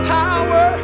power